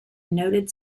noted